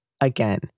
Again